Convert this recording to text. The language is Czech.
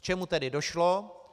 K čemu tedy došlo?